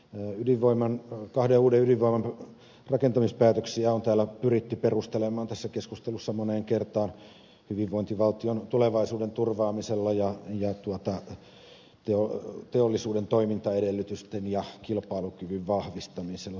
kahden uuden ydinvoimalan rakentamispäätöksiä on pyritty perustelemaan tässä keskustelussa moneen kertaan hyvinvointivaltion tulevaisuuden turvaamisella ja teollisuuden toimintaedellytysten ja kilpailukyvyn vahvistamisella